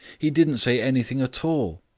he didn't say anything at all.